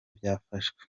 byafashwe